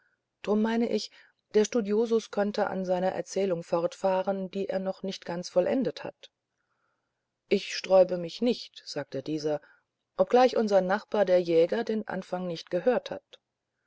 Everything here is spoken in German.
drum meine ich der studiosus könnte an seiner erzählung fortfahren die er noch nicht ganz vollendet hat ich sträube mich nicht sagte dieser obgleich unser nachbar der herr jäger den anfang nicht gehört hat